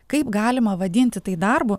kaip galima vadinti tai darbu